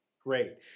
great